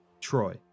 Troy